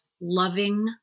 loving